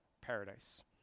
paradise